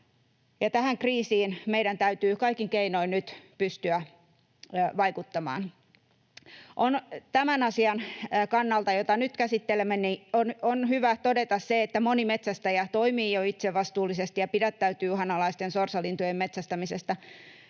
tähän kriisiin meidän täytyy kaikin keinoin nyt pystyä vaikuttamaan. Tämän asian kannalta, jota nyt käsittelemme, on hyvä todeta se, että moni metsästäjä toimii jo itse vastuullisesti ja pidättäytyy uhanalaisten sorsalintujen metsästämisestä,